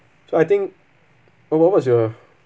so I think uh what what's your